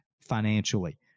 financially